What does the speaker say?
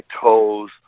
toes